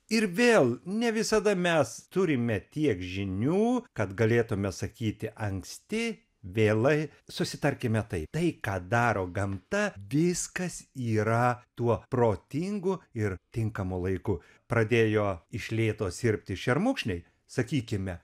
ir vėl ne visada mes turime tiek žinių kad galėtume sakyti anksti vėlai susitarkime taip tai ką daro gamta viskas yra tuo protingu ir tinkamu laiku pradėjo iš lėto sirpti šermukšniai sakykime